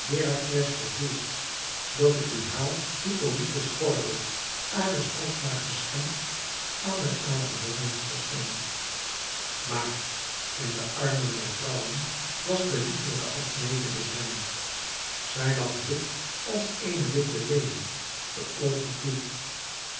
herakles vervoerd dat ik u haal hippolyte's gordel ares kostbaar geschenk aan der amazonen vorstin maar in de armen der vrouwen was de lieflijke admete bezwijmd zij lag wit als eene witte lelie de oogen toe